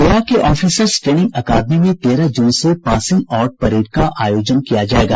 गया के officers training academy में तेरह जून को पासिंग आउट परेड का आयोजन किया जायेगा